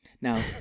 now